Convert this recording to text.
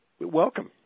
welcome